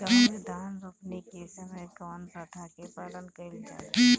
गाँव मे धान रोपनी के समय कउन प्रथा के पालन कइल जाला?